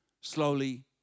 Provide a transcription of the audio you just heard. slowly